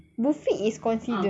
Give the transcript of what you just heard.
buffet is consider